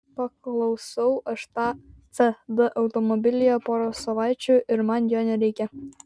paklausau aš tą cd automobilyje pora savaičių ir man jo nereikia